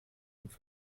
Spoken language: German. und